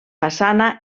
façana